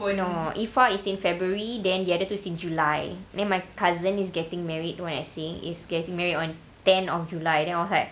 no iffah is in february then the other two's in july then my cousin is getting married is getting married on ten of july then I was like